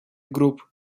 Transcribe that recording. group